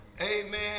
amen